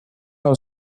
how